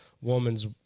woman's